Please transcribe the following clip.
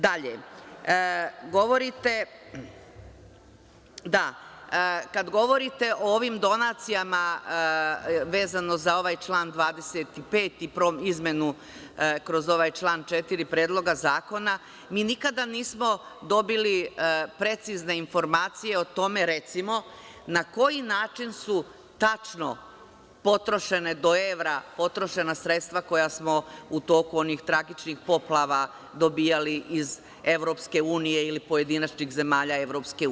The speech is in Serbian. Dalje, kada govorite o ovim donacijama vezano za ovaj član 25, izmenu kroz ovaj član 4. Predloga zakona, mi nikada nismo dobili precizne informacije o tome, recimo, na koji način su tačno do evra potrošena sredstva koja smo u toku onih tragičnih poplava dobijali iz EU ili pojedinačnih zemalja EU.